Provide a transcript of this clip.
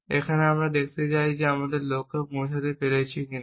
এবং আমরা দেখতে চাই যে আমরা লক্ষ্যে পৌঁছাতে পেরেছি কি না